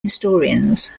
historians